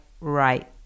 right